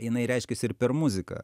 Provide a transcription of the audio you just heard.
jinai reiškėsi ir per muziką